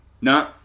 No